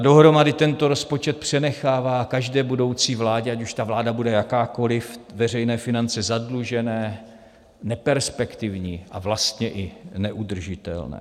Dohromady tento rozpočet přenechává každé budoucí vládě, ať už ta vláda bude jakákoli, veřejné finance zadlužené, neperspektivní a vlastně i neudržitelné.